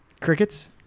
Crickets